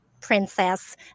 princess